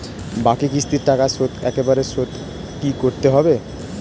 বাকি কিস্তির টাকা শোধ একবারে শোধ করতে কি করতে হবে?